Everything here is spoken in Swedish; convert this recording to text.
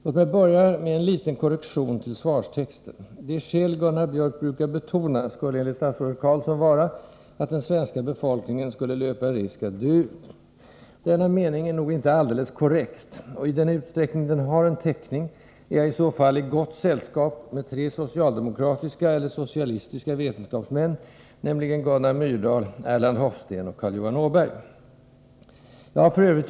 Låt mig börja med en liten korrektion till svarstexten. ”Det skäl Gunnar Biörck brukar betona” skulle enligt statsrådet Carlsson vara ”att den svenska befolkningen skulle löpa risk att dö ut”. Denna mening är nog inte alldeles korrekt, och i den utsträckning den har en täckning är jag i så fall i gott sällskap med tre socialdemokratiska eller socialistiska vetenskapsmän, nämligen Gunnar Myrdal, Erland Hofsten och Carl Johan Åberg. Jag har f.ö.